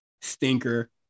stinker